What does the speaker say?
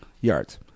yards